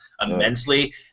immensely